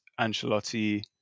Ancelotti